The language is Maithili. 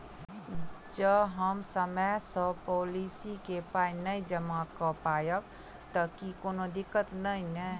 जँ हम समय सअ पोलिसी केँ पाई नै जमा कऽ पायब तऽ की कोनो दिक्कत नै नै?